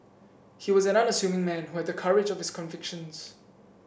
he was an unassuming man who had the courage of his convictions